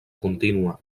contínua